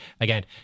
Again